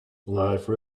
life